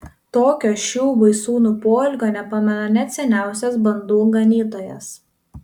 tokio šių baisūnų poelgio nepamena net seniausias bandų ganytojas